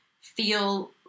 feel